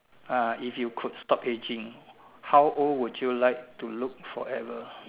ah if you could stop ageing how old would you like to look forever